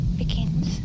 begins